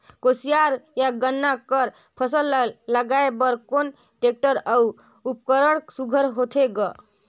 कोशियार या गन्ना कर फसल ल लगाय बर कोन टेक्टर अउ उपकरण सुघ्घर होथे ग?